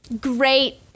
great